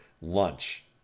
lunch